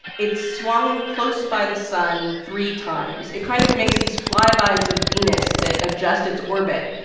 it's swung close by the sun three times. it kind of makes these flybys of venus that adjust its orbit.